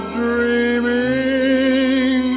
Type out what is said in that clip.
dreaming